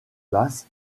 basse